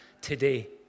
today